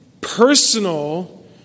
personal